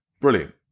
Brilliant